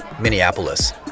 Minneapolis